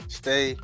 stay